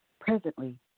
presently